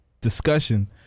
discussion